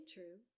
True